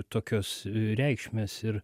tokios reikšmės ir